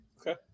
Okay